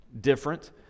different